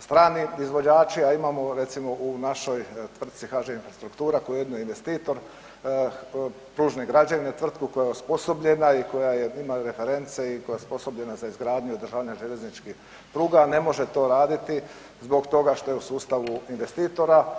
strani izvođači, a imamo recimo u našoj tvrtci HŽ Infrastruktura, koja je ujedno i investitor, Pružne građevine, tvrtku koja je osposobljena i koja je i ima reference i koja je osposobljena za izgradnju i održavanje željezničkih pruga, ne može to raditi zbog toga što je u sustavu investitora.